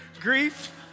Grief